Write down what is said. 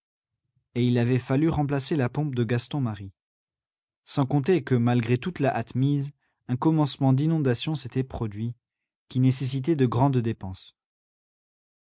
et il avait fallu remplacer la pompe de gaston marie sans compter que malgré toute la hâte mise un commencement d'inondation s'était produit qui nécessitait de grandes dépenses